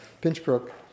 Pinchbrook